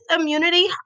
immunity